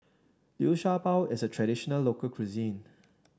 Liu Sha Bao is a traditional local cuisine